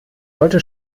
sollte